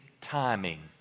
timing